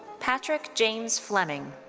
patrick james fleming.